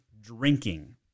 drinking